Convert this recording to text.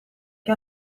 che